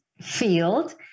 field